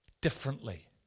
differently